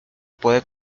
puede